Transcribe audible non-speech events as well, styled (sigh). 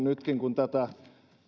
(unintelligible) nytkin kun tätä